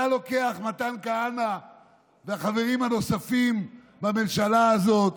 אתה לוקח, מתן כהנא והחברים הנוספים בממשלה הזו,